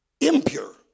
impure